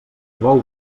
bou